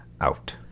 out